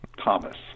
Thomas